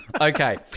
Okay